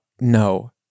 no